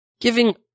Giving